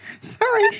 Sorry